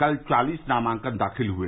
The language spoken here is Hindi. कल चालिस नामांकन दाखिल हुए